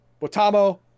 Botamo